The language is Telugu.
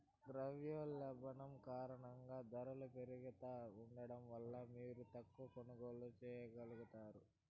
ద్రవ్యోల్బణం కారణంగా దరలు పెరుగుతా ఉండడం వల్ల మీరు తక్కవ కొనుగోల్లు చేయగలుగుతారు